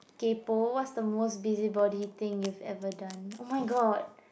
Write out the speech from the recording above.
kaypoh what's the most busybody thing you've ever done oh my god